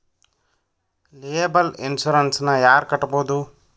Liable insurance ನ ಯಾರ್ ಕಟ್ಬೊದು?